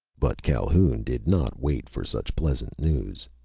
but calhoun did not wait for such pleasant news.